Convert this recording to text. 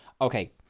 Okay